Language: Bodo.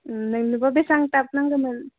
नोंनोबा बेसेबां टाप नांगौमोन